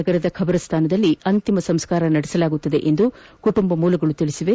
ನಗರದ ಖಬರಸ್ತಾನದಲ್ಲಿ ಅಂತಿಮ ಸಂಸ್ಕಾರ ನಡೆಸಲಾಗುವುದು ಎಂದು ಕುಟುಂಬ ಮೂಲಗಳು ತಿಳಿಸಿವೆ